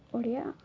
Odia